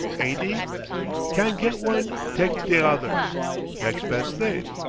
ain't e? can't get one, take t'other next best thing.